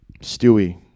Stewie